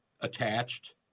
attached